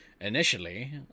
initially